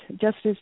justice